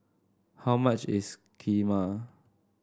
how much is Kheema